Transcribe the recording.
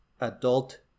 adult